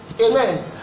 amen